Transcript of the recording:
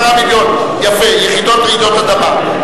10 מיליון, יחידת רעידות אדמה.